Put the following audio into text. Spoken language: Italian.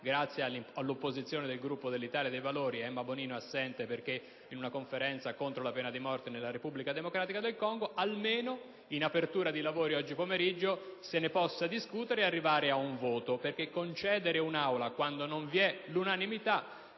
grazie all'opposizione del Gruppo dell'Italia dei Valori - Emma Bonino assente perché impegnata in una conferenza contro la pena di porte nella Repubblica democratica del Congo - almeno, in apertura dei lavori della seduta pomeridiana, se ne possa discutere ed arrivare ad un voto. Concedere un'Aula quando non vi è unanimità,